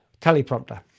teleprompter